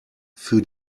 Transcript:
für